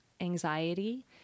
anxiety